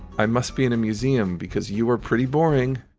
i must be in a museum because you are pretty boring